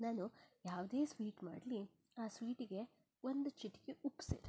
ನಾನು ಯಾವುದೇ ಸ್ವೀಟ್ ಮಾಡ್ಲಿ ಆ ಸ್ವೀಟಿಗೆ ಒಂದು ಚಿಟಿಕೆ ಉಪ್ಪು ಸೇರಿಸ್ತೀನಿ